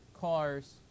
cars